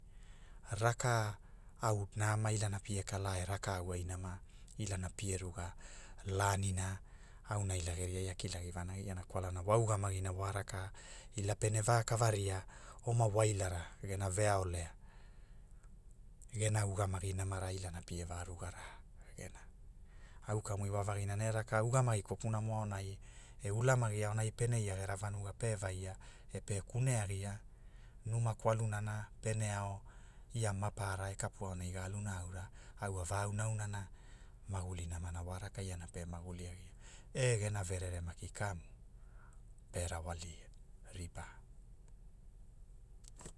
Raka au nama ilana pia kala e rakau ai nama, ilana pie ruga, lanina auna ila geriai a kilagi vanagiana kwalana wa ugamagina wa raka ila pene va kavaria oma wailara gena veaolea, gena ugamagi namara ilana pie va rugara, gena, au kamu iwavagina ne raka. ugamagi kopunamo aonai, e ulamagi aonai pene ia gera vanuga pe vaia, e pe kune agia, numa kwalunana pene ao ia maparara e kapu aonai ga aluna aura, au a va auna aunana maguli namana wa raka iana pe maguli agia, e gena verere maki kamu, pe rawali ripa